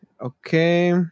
Okay